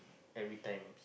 every times